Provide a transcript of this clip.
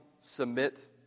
submit